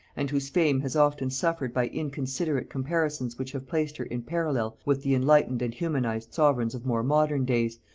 and whose fame has often suffered by inconsiderate comparisons which have placed her in parallel with the enlightened and humanized sovereigns of more modern days,